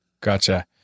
Gotcha